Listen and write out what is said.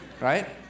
right